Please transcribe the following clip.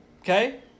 okay